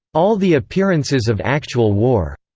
all the appearances of actual war.